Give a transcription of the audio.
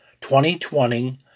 2020